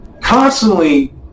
constantly